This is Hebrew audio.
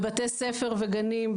בבתי ספר וגנים,